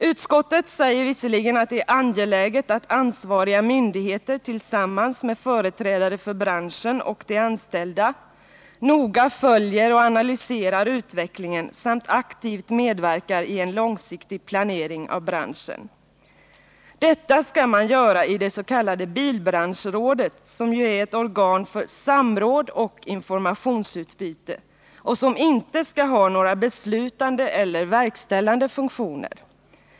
Utskottet säger visserligen att det är angeläget att ansvariga myndigheter tillsammans med företrädare för branschen och de anställda noga följer och analyserar utvecklingen samt aktivt medverkar i en långsiktig planering av branschen. Detta skall man göra i det s.k. bilbranschrådet, som ju är ett organ för samråd och informationsutbyte och som inte skall ha några beslutande eller vägställande funktioner.